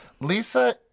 Lisa